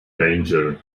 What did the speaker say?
danger